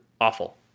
awful